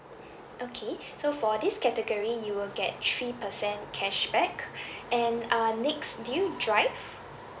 okay so for this category you will get three percent cashback and uh next do you drive